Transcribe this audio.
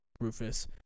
Rufus